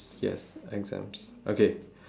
yes exams okay